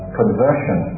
conversion